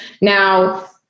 Now